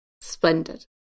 Splendid